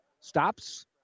stops